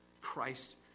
Christ